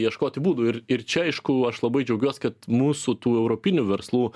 ieškoti būdų ir ir čia aišku aš labai džiaugiuos kad mūsų tų europinių verslų